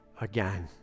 again